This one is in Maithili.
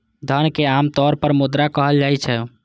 धन कें आम तौर पर मुद्रा कहल जाइ छै